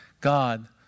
God